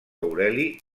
aureli